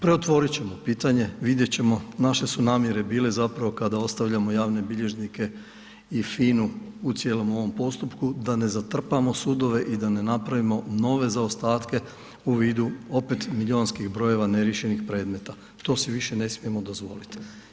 Preotvorit ćemo pitanje, vidjet ćemo, naše su namjere bile zapravo kada ostavljamo javne bilježnike i FINA-u u cijelom ovom postupku, da ne zatrpamo sudove i da ne napravimo nove zaostatke u vidu opet milijunskih brojeva neriješenih predmeta, to si više ne smijemo dozvolit.